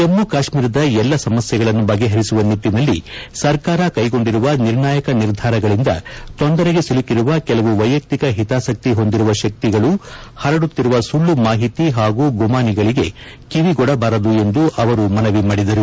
ಜಮ್ಮ ಕಾಶ್ಮೀರದ ಎಲ್ಲಾ ಸಮಸ್ಥೆಗಳನ್ನು ಬಗೆಹರಿಸುವ ನಿಟ್ಟನಲ್ಲಿ ಸರ್ಕಾರ ಕೈಗೊಂಡಿರುವ ನಿರ್ಣಾಯಕ ನಿರ್ಧಾರಗಳಿಂದ ತೊಂದರೆಗೆ ಸಿಲುಕಿರುವ ಕೆಲವು ವೈಯಕ್ತಿಕ ಹಿತಾಸಕ್ತಿ ಹೊಂದಿರುವ ಶಕ್ತಿಗಳು ಹರಡುತ್ತಿರುವ ಸುಳ್ಳು ಮಾಹಿತಿ ಹಾಗೂ ಗುಮಾನಿಗಳಿಗೆ ಕಿವಿಗೊಡಬಾರದು ಎಂದು ಅವರು ಮನವಿ ಮಾಡಿದರು